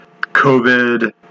COVID